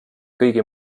kõigi